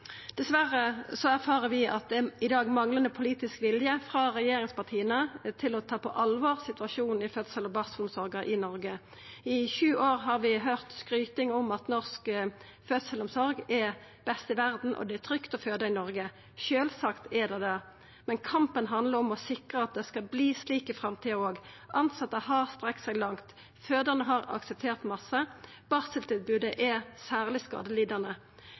erfarer vi at det i dag er manglande politisk vilje frå regjeringspartia til å ta på alvor situasjonen i fødsels- og barselomsorga i Noreg. I sju år har vi høyrt skryting om at norsk fødselsomsorg er best i verda, og at det er trygt å føda i Noreg. Sjølvsagt er det det. Men kampen handlar om å sikra at det skal verta slik i framtida òg. Tilsette har strekt seg langt. Fødande har akseptert mykje. Barseltilbodet er særleg skadelidande.